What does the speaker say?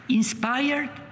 inspired